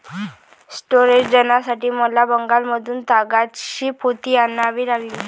स्टोरेजसाठी मला बंगालमधून तागाची पोती आणावी लागली